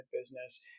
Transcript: business